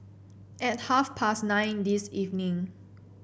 at half past nine this evening